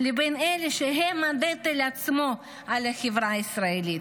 לבין אלה שהם הנטל עצמו על החברה הישראלית.